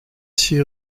six